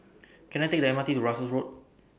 Can I Take The M R T to Russels Road